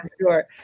sure